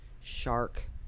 Shark